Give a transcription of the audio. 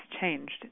changed